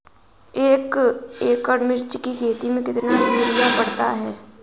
एक एकड़ मिर्च की खेती में कितना यूरिया पड़ता है?